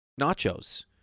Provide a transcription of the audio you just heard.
nachos